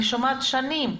אני שומעת שנים.